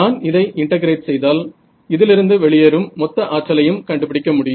நான் இதை இன்டெகிரேட் செய்தால் இதிலிருந்து வெளியேறும் மொத்த ஆற்றலையும் கண்டுபிடிக்க முடியும்